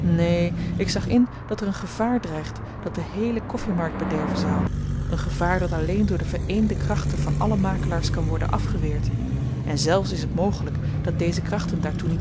neen ik zag in dat er een gevaar dreigt dat de heele koffimarkt bederven zou een gevaar dat alleen door de vereende krachten van alle makelaars kan worden afgeweerd en zelfs is t mogelyk dat deze krachten daartoe